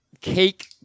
cake